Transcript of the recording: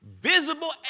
Visible